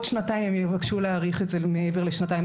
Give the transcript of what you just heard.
שנתיים הם יבקשו להאריך את זה מעבר לשנתיים.